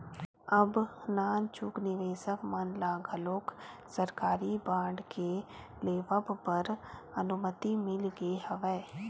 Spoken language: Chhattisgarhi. अब नानचुक निवेसक मन ल घलोक सरकारी बांड के लेवब बर अनुमति मिल गे हवय